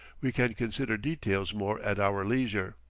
we can consider details more at our leisure.